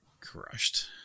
crushed